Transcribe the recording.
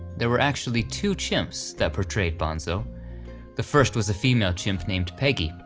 there were actually two chimps that portrayed bonzo the first was a female chimp named peggy,